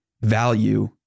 value